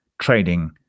trading